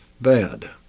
bad